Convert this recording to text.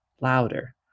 louder